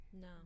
no